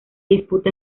disputa